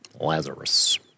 Lazarus